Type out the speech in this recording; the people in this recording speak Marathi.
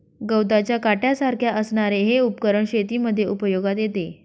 गवताच्या काट्यासारख्या असणारे हे उपकरण शेतीमध्ये उपयोगात येते